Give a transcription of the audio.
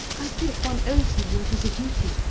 i think one owes him that as a duty.